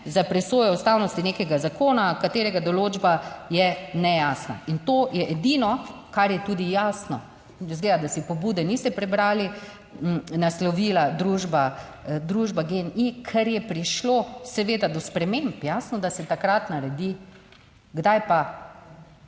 za presojo ustavnosti nekega zakona, katerega določba je nejasna in to je edino, kar je tudi jasno. Izgleda, da si pobude niste prebrali, naslovila družba, družba GEN-I, ker je prišlo seveda do sprememb. Jasno, da se takrat naredi, kdaj pa.